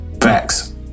Facts